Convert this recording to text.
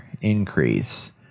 increase